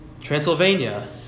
Transylvania